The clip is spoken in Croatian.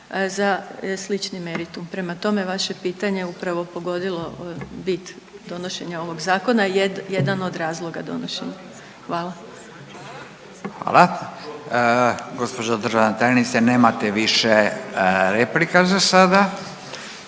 za slični meritum, prema tome vaše pitanje je upravo pogodilo bit donošenja ovog zakona, jedan od razloga donošenja, hvala. **Radin, Furio (Nezavisni)** Hvala. Gđa. državna tajnice nemate više replika za sada